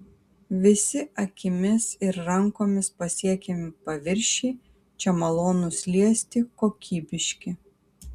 visi akimis ir rankomis pasiekiami paviršiai čia malonūs liesti kokybiški